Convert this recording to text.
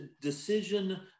decision